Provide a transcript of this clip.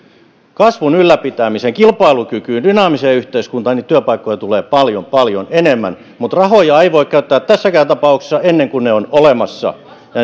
kasvun ylläpitämiseen kilpailukykyyn dynaamiseen yhteiskuntaan niitä työpaikkoja tulee paljon paljon enemmän mutta rahoja ei voi käyttää tässäkään tapauksessa ennen kuin ne ovat olemassa